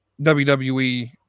WWE